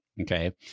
Okay